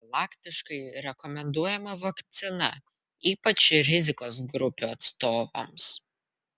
profilaktiškai rekomenduojama vakcina ypač rizikos grupių atstovams